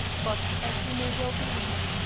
but, as you may well believe,